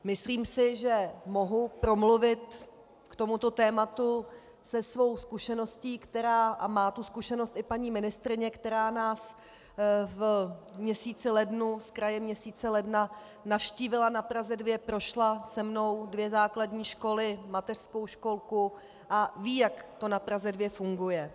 Myslím si, že mohu promluvit k tomuto tématu se svou zkušeností a má tu zkušenost i paní ministryně, která nás zkraje měsíce ledna navštívila na Praze 2, prošla se mnou dvě základní školy, mateřskou školku a ví, jak to na Praze 2 funguje.